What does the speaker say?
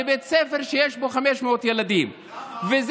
לא